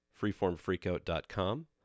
freeformfreakout.com